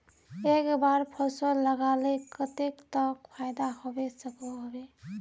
एक बार फसल लगाले कतेक तक फायदा होबे सकोहो होबे?